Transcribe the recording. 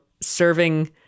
serving